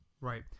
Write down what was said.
Right